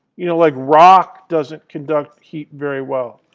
you know, like rock doesn't conduct heat very well.